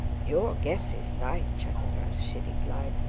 your guess is right, chatterer, she replied,